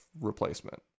replacement